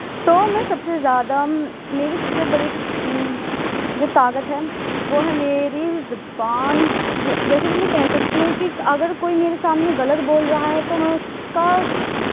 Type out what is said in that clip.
تو میں سب سے زیادہ میری سب سے بڑی جو طاقت ہے وہ ہے میری زبان جیسے میں کہہ سکتی ہو ں کہ اگر کوئی میرے سامنے غلط بول رہا ہے تو میں اس کا